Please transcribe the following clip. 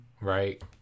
Right